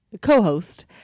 co-host